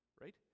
Right